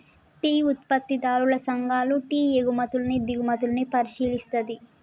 tea ఉత్పత్తిదారుల సంఘాలు tea ఎగుమతుల్ని దిగుమతుల్ని పరిశీలిస్తది